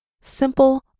simple